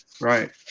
right